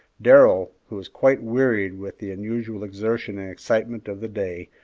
darrell, who was quite wearied with the unusual exertion and excitement of the day,